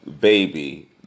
Baby